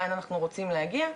לאן אנחנו רוצים להגיע,